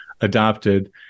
adopted